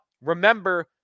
remember